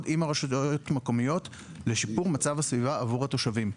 עם הרשויות המקומיות לשיפור מצב הסביבה עבור התושבים.